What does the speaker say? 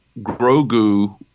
Grogu